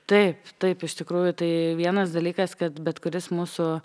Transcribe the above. taip taip iš tikrųjų tai vienas dalykas kad bet kuris mūsų